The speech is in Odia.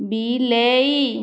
ବିଲେଇ